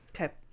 Okay